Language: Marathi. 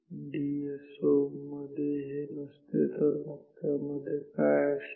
डी एस ओ मध्ये हे नसते तर मग त्यामध्ये काय असते